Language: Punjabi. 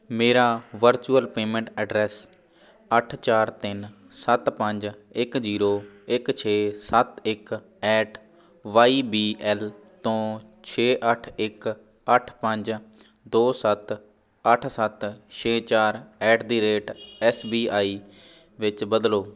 ਮੇਰਾ ਵਰਚੁਅਲ ਪੇਮੈਂਟ ਅਡਰੈੱਸ ਅੱਠ ਚਾਰ ਤਿੰਨ ਸੱਤ ਪੰਜ ਇੱਕ ਜ਼ੀਰੋ ਇੱਕ ਛੇ ਸੱਤ ਇੱਕ ਐਟ ਵਾਈ ਬੀ ਐੱਲ ਤੋਂ ਛੇ ਅੱਠ ਇੱਕ ਅੱਠ ਪੰਜ ਦੋ ਸੱਤ ਅੱਠ ਸੱਤ ਛੇ ਚਾਰ at the rate S B I ਵਿੱਚ ਬਦਲੋ